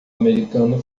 americano